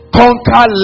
conquer